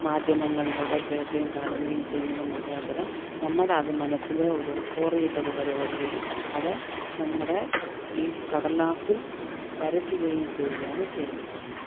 മാധ്യമങ്ങളിലൂടെ കേൾക്കുകയും കാണുകയും ചെയ്യുന്നത് മുഖാന്തിരം നമ്മുടെ അത് മനസ്സിൽ ഒരു കോറിയിട്ടത് പോലെ വരികയും അത് നമ്മുടെ ഈ കടലാസ്സിൽ വരയ്ക്കുകയും ചെയ്യുകയാണ് ചെയ്യുന്നത്